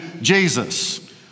Jesus